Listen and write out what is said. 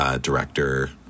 director